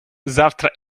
завтра